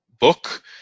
book